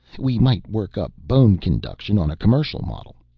we might work up bone conduction on a commercial model.